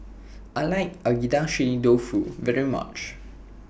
I like Agedashi Dofu very much